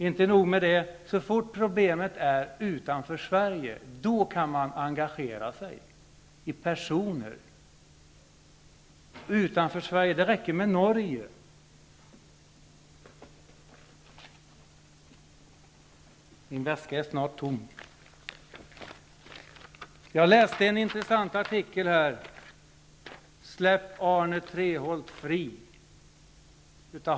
Inte nog med det -- så fort problemet är utanför Sverige kan man engagera sig i personer. Det räcker med Norge. Jag läste en intressant artikel av Hans Göran Franck som hette ''Släpp Arne Treholt fri''.